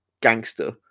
gangster